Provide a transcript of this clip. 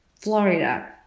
Florida